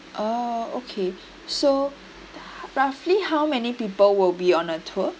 oh okay so roughly how many people will be on a tour